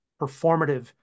performative